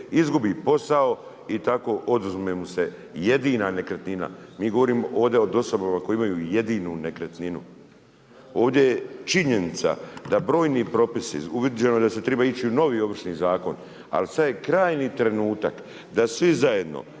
izgubi posao i tako oduzme mu se jedina nekretnina. Mi govorimo ovdje o osobama koje imaju jedinu nekretninu. Ovdje je činjenica da brojni popisi, uviđeno je da se treba ići u novi Ovršni zakon ali sada je krajnji trenutak da svi zajedno